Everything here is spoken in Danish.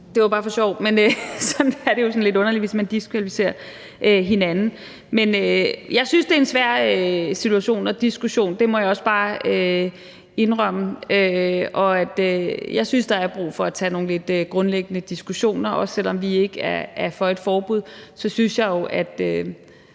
det var bare for sjov. Sådan er det jo lidt underligt, hvis man diskvalificerer hinanden. Jeg synes, det er en svær situation og diskussion – det må jeg også bare indrømme. Jeg synes, at der er brug for at tage nogle lidt grundlæggende diskussioner. Og selv om vi ikke er for et forbud,